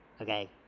okay